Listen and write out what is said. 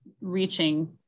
reaching